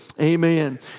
amen